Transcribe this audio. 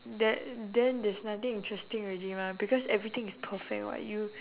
that then there's nothing interesting already mah because everything is perfect [what] you